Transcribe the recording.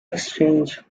exchange